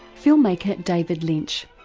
film maker david lynch.